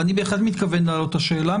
ואני בהחלט מתכוון להעלות את השאלה,